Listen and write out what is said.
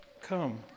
come